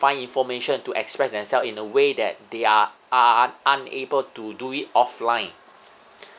find information to express themselves in a way that they are are unable to do it offline